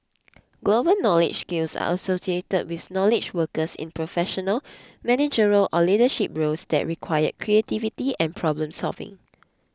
global knowledge skills are associated with knowledge workers in professional managerial or leadership roles that require creativity and problem solving